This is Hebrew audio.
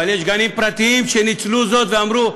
אבל יש גנים פרטיים שניצלו זאת ואמרו: